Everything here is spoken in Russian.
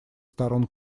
сторон